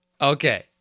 Okay